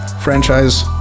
franchise